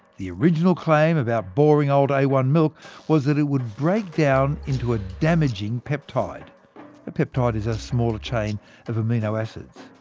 the original claim about boring old a one milk was that it would break down into a damaging peptide ah peptide a smaller chain of amino acids.